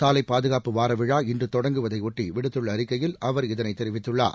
சாலைப் பாதுகாப்பு வார விழா இன்று தொடங்குவதையொட்டி விடுத்துள்ள அறிக்கையில் அவர் இதனைத் தெரிவித்துள்ளார்